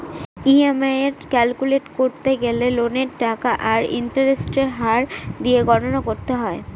EMI calculate করতে গেলে লোনের টাকা আর ইন্টারেস্টের হার দিয়ে গণনা করতে হয়